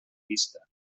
vista